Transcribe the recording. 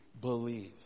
believe